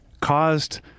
caused